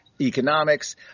economics